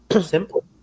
simple